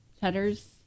Cheddar's